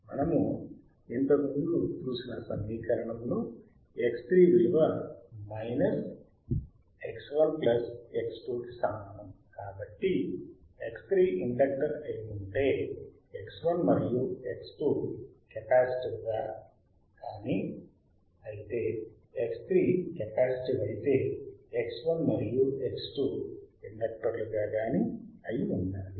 మనము ఇంతకుముందు చూసిన సమీకరణంలో X3 విలువ మైనస్ X1 ప్లస్ X2 కి సమానం కాబట్టి X3 ఇండక్టర్ అయి ఉంటే X1 మరియు X2 కెపాసిటివ్ గా కానీ అయితే X3 కెపాసిటివ్ అయితే X1 మరియు X2 ఇండక్టర్లు అయి ఉండాలి